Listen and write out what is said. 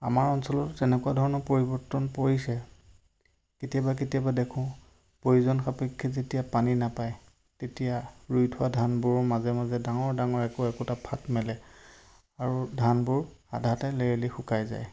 আমাৰ অঞ্চলত তেনেকুৱা ধৰণৰ পৰিৱৰ্তন পৰিছে কেতিয়াবা কেতিয়াবা দেখোঁ প্ৰয়োজন সাপেক্ষে যেতিয়া পানী নাপায় তেতিয়া ৰুই থোৱা ধানবোৰৰ মাজে মাজে ডাঙৰ ডাঙৰ একো একোটা ফাট মেলে আৰু ধানবোৰ আধাতে লেৰেলী শুকাই যায়